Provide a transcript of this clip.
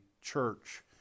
church